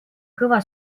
kõva